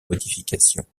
modifications